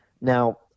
Now